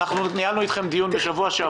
ניהלנו אתכם דיון בשבוע שעבר.